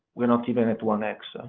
we're not even at one x.